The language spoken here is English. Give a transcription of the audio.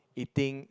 eating